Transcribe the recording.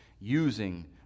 using